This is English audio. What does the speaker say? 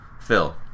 Phil